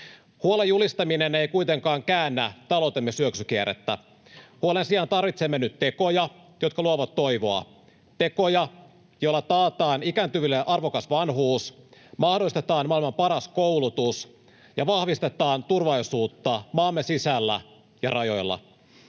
Huolen julistaminen ei kuitenkaan käännä taloutemme syöksykierrettä. Huolen sijaan tarvitsemme nyt tekoja, jotka luovat toivoa. Tekoja, joilla taataan ikääntyville arvokas vanhuus, mahdollistetaan maailman paras koulutus ja vahvistetaan turvallisuutta maamme sisällä ja rajoilla.